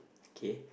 okay